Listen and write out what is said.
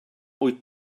wyt